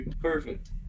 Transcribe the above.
Perfect